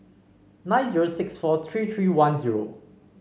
nine zero six four three three one zero